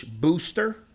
booster